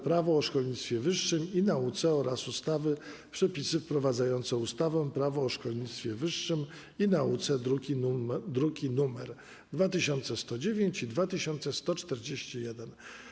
Prawo o szkolnictwie wyższym i nauce oraz ustawy - Przepisy wprowadzające ustawę - Prawo o szkolnictwie wyższym i nauce (druki nr 2109 i 2141)